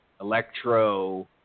electro